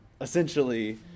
essentially